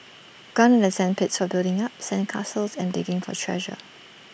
gone are the sand pits for building up sand castles and digging for treasure